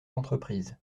entreprises